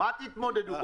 מה תתמודדו?